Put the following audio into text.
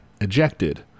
ejected